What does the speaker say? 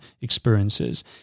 experiences